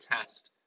test